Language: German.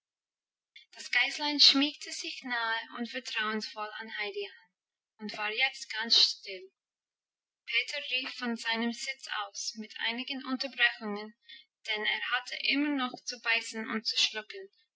das geißlein schmiegte sich nahe und vertrauensvoll an heidi an und war jetzt ganz still peter rief von seinem sitz aus mit einigen unterbrechungen denn er hatte immer noch zu beißen und zu schlucken